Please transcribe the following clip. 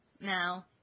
now